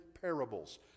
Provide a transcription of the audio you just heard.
parables